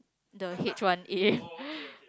the H one A